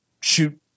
shoot